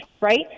right